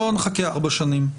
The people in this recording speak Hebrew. לא נחכה ארבע שנים,